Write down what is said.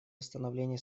восстановления